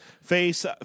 Face